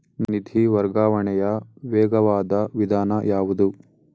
ನಿಧಿ ವರ್ಗಾವಣೆಯ ವೇಗವಾದ ವಿಧಾನ ಯಾವುದು?